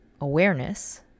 awareness